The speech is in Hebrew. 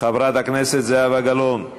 חברת הכנסת זהבה גלאון.